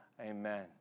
Amen